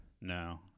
No